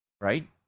right